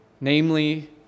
namely